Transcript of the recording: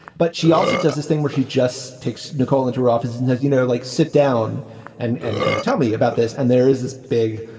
but she also does this thing where she just takes nicole into office and has, you know, like sit down and and kind of tell me about this. and there is this big,